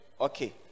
Okay